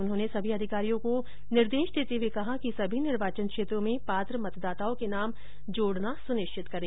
उन्होंने सभी अधिकारियों को निर्देश देते हुए कहा कि सभी निर्वाचन क्षेत्रों में पात्र मतदाताओं के नाम जोड़ना सुनिश्चित करें